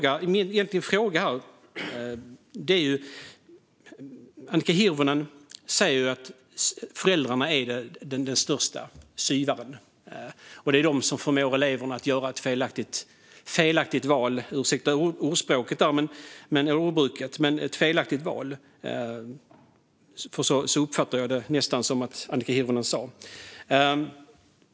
Annika Hirvonen säger att föräldrarna är de viktigaste studie och yrkesvägledarna och att det är de som förmår eleverna att göra ett felaktigt val. Ursäkta ordvalet, men jag uppfattar det nästan som att Annika Hirvonen sa det.